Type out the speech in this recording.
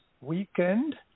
weekend